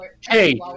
Hey